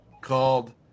called